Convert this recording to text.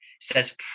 says